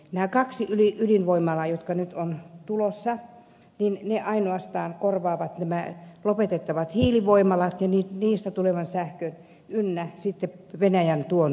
nämä kaksi ydinvoimalaa jotka nyt ovat tulossa ainoastaan korvaavat nämä lopetettavat hiilivoimalat ja niistä tulevan sähkön ynnä sitten venäjän sähköntuonnin